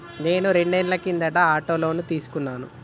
నేను రెండేళ్ల కిందట ఆటో లోను తీసుకున్నాను